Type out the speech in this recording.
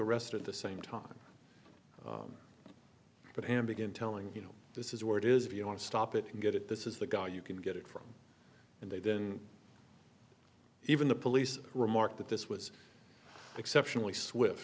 arrested the same time but i am begin telling you know this is where it is if you want to stop it and get it this is the guy you can get it from and they didn't even the police remarked that this was exceptionally swift